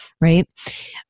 right